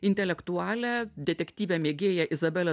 intelektualią detektyvę mėgėją izabelę